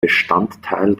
bestandteil